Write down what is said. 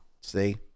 See